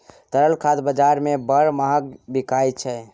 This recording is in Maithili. तरल खाद बजार मे बड़ महग बिकाय छै